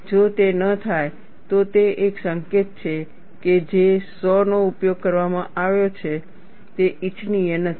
જો તે ન થાય તો તે એક સંકેત છે કે જે સો નો ઉપયોગ કરવામાં આવે છે તે ઇચ્છનીય નથી